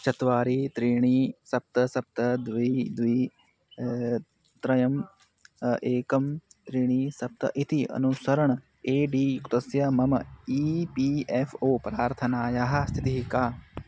चत्वारि त्रीणि सप्त सप्त द्वि द्वि त्रयं एकं त्रीणि सप्त इति अनुसरणम् ए डी युक्तस्य मम ई पी एफ़् ओ प्रार्थनायाः स्थितिः का